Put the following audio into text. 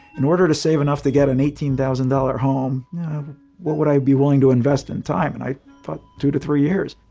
in order to save enough to get an eighteen thousand dollar home what would i be willing to invest in time? and i thought two to three years.